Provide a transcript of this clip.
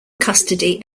custody